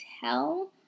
tell